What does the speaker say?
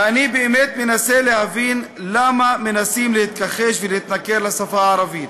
ואני באמת מנסה להבין למה מנסים להתכחש ולהתנכר לשפה הערבית.